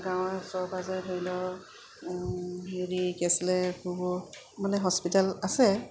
গাঁৱৰ ওচৰ পাঁজৰে ধৰি লওক হেৰি কি আছিলে সেইবোৰ মানে হস্পিটেল আছে